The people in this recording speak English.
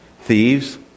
Thieves